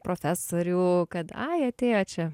profesorių kad ai atėjo čia